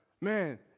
man